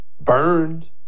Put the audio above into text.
burned